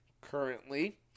currently